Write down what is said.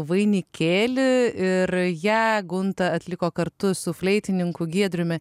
vainikėlį ir ją gunta atliko kartu su fleitininku giedriumi